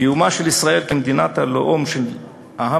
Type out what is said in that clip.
קיומה של ישראל כמדינת הלאום של העם